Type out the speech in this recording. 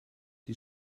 die